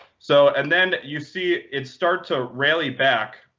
so and then you see it start to rally back.